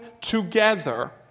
together